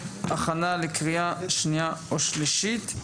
הכנה לקריאה שניה ושלישית.